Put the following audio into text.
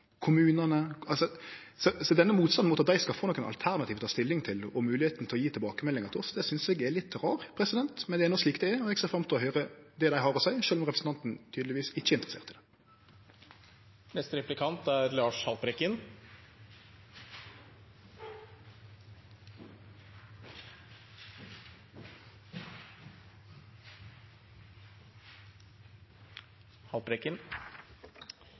kommunane – så denne motstanden mot at dei skal få nokon alternativ å ta stilling til og moglegheit til å gje tilbakemeldingar til oss, synest eg er litt rar. Men det er no slik det er, og eg ser fram til å høyre det dei har å seie, sjølv om representanten tydelegvis ikkje